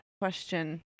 question